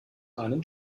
einen